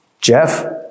Jeff